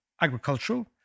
agricultural